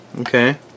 okay